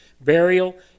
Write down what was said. burial